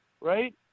Right